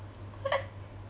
what